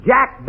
Jack